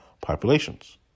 populations